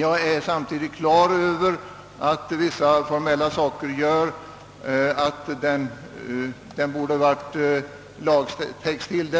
Jag är samtidigt klar över att vissa formella brister föreligger. Motionen borde ha innehållit förslag till lagtext. Detta